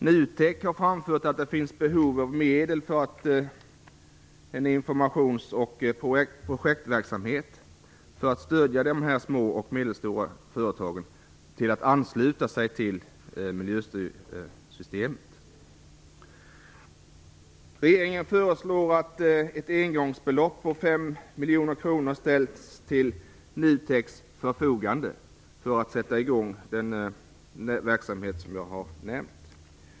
NUTEK har framfört att det finns behov av medel för en informations och projektverksamhet för att stödja de små och medelstora företagen så att de kan ansluta sig till miljösystemet. miljoner kronor ställs till NUTEK:s förfogande för att sätta i gång denna verksamhet.